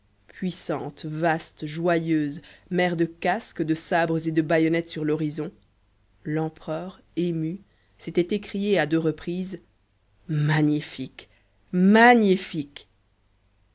puissante vaste joyeuse mer de casques de sabres et de bayonnettes sur l'horizon l'empereur ému s'était écrié à deux reprises magnifique magnifique